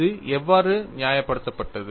இது எவ்வாறு நியாயப்படுத்தப்பட்டது